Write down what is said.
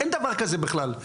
אין דבר כזה בכלל.